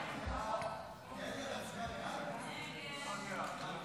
להצבעה על הצעת חוק מגבלות על חזרתו של